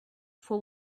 for